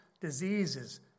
diseases